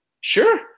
sure